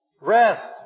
rest